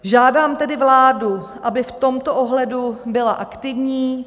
Žádám tedy vládu, aby v tomto ohledu byla aktivní.